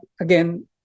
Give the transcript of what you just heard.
again